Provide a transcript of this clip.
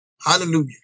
Hallelujah